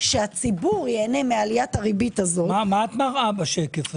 שהציבור ייהנה מעליית הריבית הזאת- -- מה את מראה בשקף הזה?